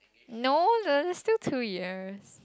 no there's still two years